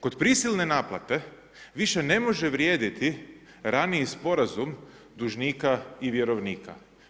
Kod prisilne naplate više ne može vrijediti raniji sporazum dužnika i vjerovnika.